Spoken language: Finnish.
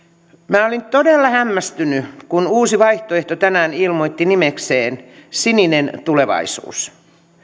olin todella hämmästynyt kun uusi vaihtoehto tänään ilmoitti nimekseen sininen tulevaisuus nyt